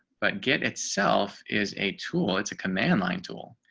but get itself is a tool. it's a command line tool.